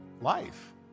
life